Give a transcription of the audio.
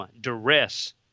duress